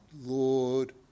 Lord